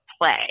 play